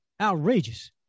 Outrageous